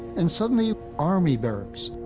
and suddenly, army barracks.